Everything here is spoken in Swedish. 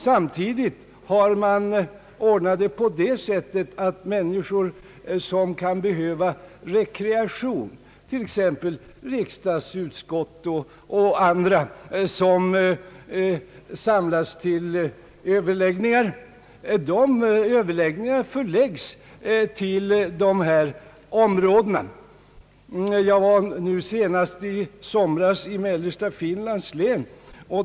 Samtidigt har man ordnat det på det sättet att människor som kan behöva rekreation, t.ex. ledamöter från riksdagsutskott och andra som samlas till överläggningar, får tillfälle att samlas till konferenser på anläggningar i dessa områden. Jag var senast i somras i mellersta Finland.